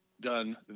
done